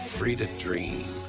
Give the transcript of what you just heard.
free to dream.